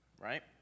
right